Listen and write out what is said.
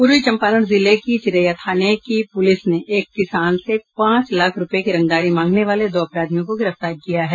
पूर्वी चम्पारण जिले की चिरैया थाने की पुलिस ने एक किसान से पांच लाख रूपये की रंगदारी मांगने वाले दो अपराधियों को गिरफ्तार किया है